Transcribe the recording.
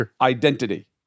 identity